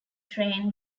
train